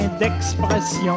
d'expression